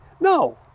No